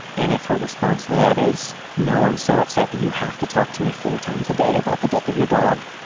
and if her response to that is no, i'm so upset that you have to talk to me four times a day about the death of your dog,